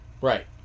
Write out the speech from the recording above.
Right